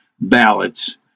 ballots